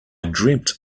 dreamt